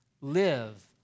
live